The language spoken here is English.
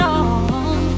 on